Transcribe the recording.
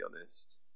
honest